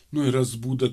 nu ir rast būdą